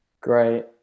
Great